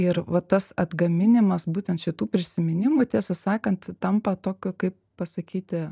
ir va tas atgaminimas būtent šitų prisiminimų tiesą sakant tampa tokiu kaip pasakyti